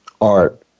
art